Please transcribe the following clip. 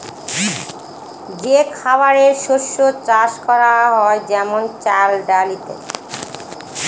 যে খাবারের শস্য চাষ করা হয় যেমন চাল, ডাল ইত্যাদি